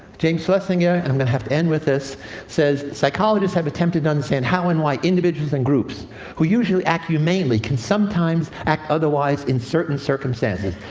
james schlesinger i'm going to end with this says, psychologists have attempted to understand how and why individuals and groups who usually act humanely can sometimes act otherwise in certain circumstances.